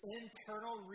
internal